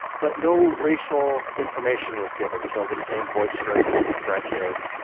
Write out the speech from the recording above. but no racial information was given so the same boisterous, aggressive,